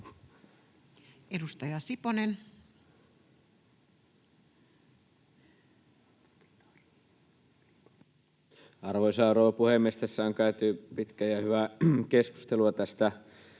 Edustaja Siponen. Arvoisa rouva puhemies! Tässä on käyty pitkää ja hyvää keskustelua tästä